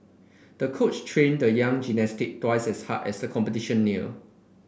the coach trained the young gymnast twice as hard as the competition near